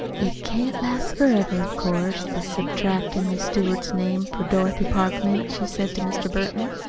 it can't last forever, of course this subtractin' miss stewart's name for dorothy parkman, she said to mr. burton,